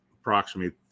approximately